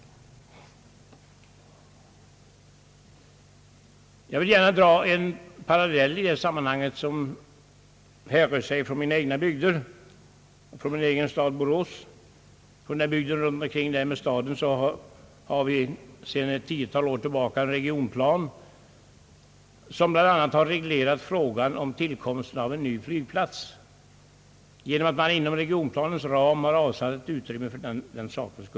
Jag vill gärna dra en parallell i deita sammanhang som härrör från mina egna bygder och min hemstad Borås. För bygden runt om Borås stad har vi sedan ett tiotal år tillbaka en regionplan. Inom ramen för den regionplanen har man bl.a. avsatt utrymme för en ny flygplats.